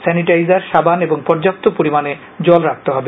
sanitiser সাবান ও পর্যাপ্ত পরিমাণে জল রাখতে হবে